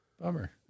bummer